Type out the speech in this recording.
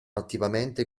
attivamente